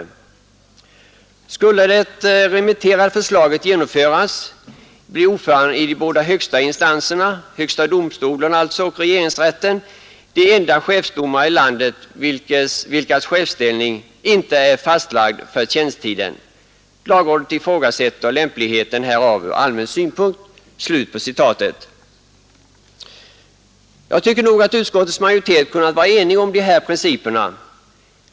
Skulle det remitterade förslaget genomföras blir ordföranden i de båda högsta instanserna, HD och regeringsrätten, de enda chefsdomare i landet, vilkas chefsställning inte är fastlagd för tjänstetiden. Lagrådet ifrågasätter lämpligheten härav ur allmän synpunkt.” Utskottet borde enligt min mening ha kunnat vara enigt om de här principerna.